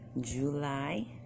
July